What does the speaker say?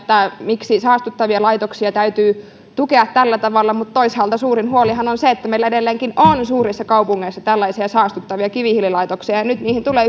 miksi saastuttavia laitoksia täytyy tukea tällä tavalla mutta toisaalta suurin huolihan on se että meillä edelleenkin on suurissa kaupungeissa tällaisia saastuttavia kivihiililaitoksia nyt niihin tulee